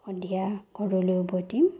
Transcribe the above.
সন্ধিয়া ঘৰলৈ উভতিম